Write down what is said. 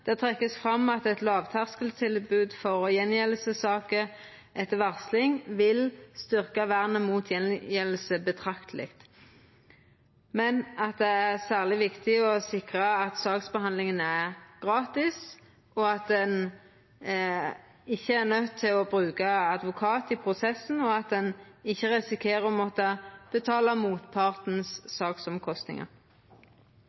Det vert trekt fram at eit lavterskeltilbod for gjengjeldingssaker etter varsling vil styrkja vernet mot gjengjelding betrakteleg, men at det er særleg viktig å sikra at saksbehandlinga er gratis, at ein ikkje er nøydd til å bruka advokat i prosessen, og at ein ikkje risikerer å måtta betala